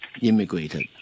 immigrated